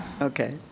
Okay